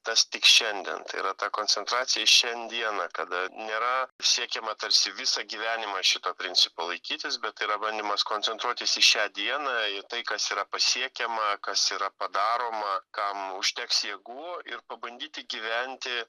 tas tik šiandien tai yra ta koncentracija į šiandieną kada nėra siekiama tarsi visą gyvenimą šito principo laikytis bet yra bandymas koncentruotis į šią dieną į tai kas yra pasiekiama kas yra padaroma kam užteks jėgų ir pabandyti gyventi